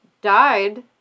Died